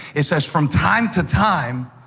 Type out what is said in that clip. it says, from time to time